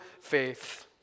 faith